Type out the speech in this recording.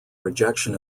rejection